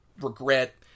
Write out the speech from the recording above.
regret